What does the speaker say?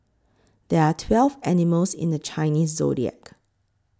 there are twelve animals in the Chinese zodiac